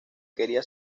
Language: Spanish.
quería